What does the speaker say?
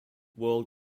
world